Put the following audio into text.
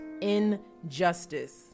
injustice